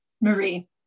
Marie